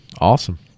awesome